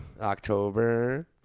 October